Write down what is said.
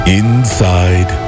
inside